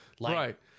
Right